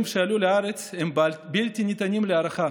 שעלו לארץ הם בלתי ניתנים להערכה,